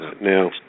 Now